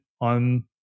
on